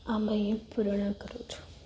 આમ અહીં પૂર્ણ કરું છું